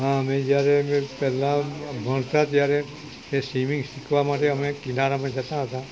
અમે જ્યારે પહેલાં ભણતા ત્યારે કે સ્વિમિંગ શીખવા માટે અમે કિનારામાં જતા હતા